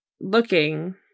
looking